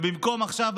ובמקום לברך עכשיו,